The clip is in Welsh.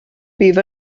bydd